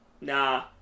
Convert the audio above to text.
nah